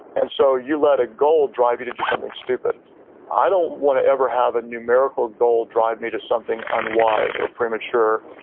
and so you let a goal drive you to do something stupid i don't want to ever have a numerical drive me to something unwise or premature.